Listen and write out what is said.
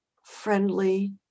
friendly